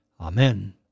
Amen